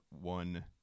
one